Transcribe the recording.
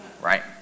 Right